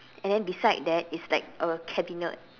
and then beside that it's like a cabinet